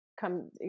come